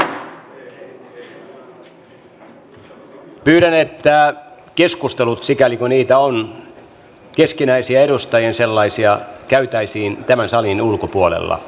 pyydän että keskustelut sikäli kun niitä on edustajien keskinäisiä sellaisia käytäisiin tämän salin ulkopuolella